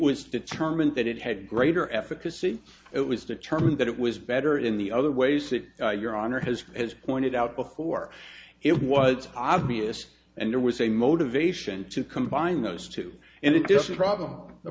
was determined that it had greater effort to see it was determined that it was better in the other ways that your honor has as pointed out before it was obvious and there was a motivation to combine those two and